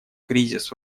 кризис